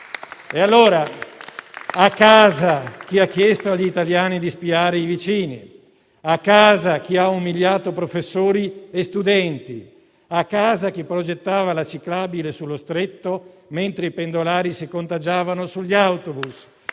Vada a casa chi ha chiesto agli italiani di spiare i vicini, a casa chi ha umiliato professori e studenti, a casa chi progettava la ciclabile sullo Stretto, mentre i pendolari si contagiavano sugli autobus,